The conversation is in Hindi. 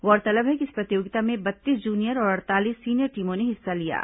गौरतलब है कि इस प्रतियोगिता में बत्तीस जूनियर और अड़तालीस सीनियर टीमों ने हिस्सा लिया है